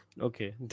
Okay